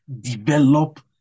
develop